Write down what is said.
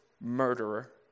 murderer